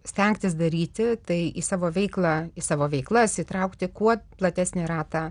stengtis daryti tai į savo veiklą į savo veiklas įtraukti kuo platesnį ratą